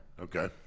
Okay